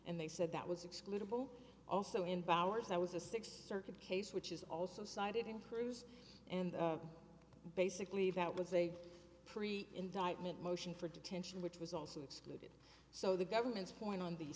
and they said that was excluded also in bowers i was a sixth circuit case which is also cited in cruise and basically that was a pre indictment motion for detention which was also exclude so the government's point on the